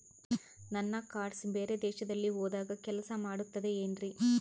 ನನ್ನ ಕಾರ್ಡ್ಸ್ ಬೇರೆ ದೇಶದಲ್ಲಿ ಹೋದಾಗ ಕೆಲಸ ಮಾಡುತ್ತದೆ ಏನ್ರಿ?